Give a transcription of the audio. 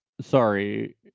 Sorry